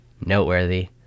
noteworthy